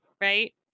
Right